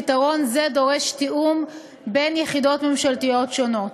פתרון זה דורש תיאום בין יחידות ממשלתיות שונות.